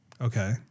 Okay